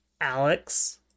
Alex